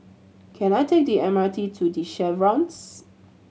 can I take the M R T to The Chevrons